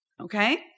Okay